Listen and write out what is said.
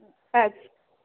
अच्छा